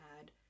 add